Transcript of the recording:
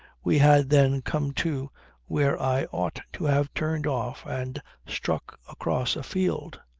we had then come to where i ought to have turned off and struck across a field.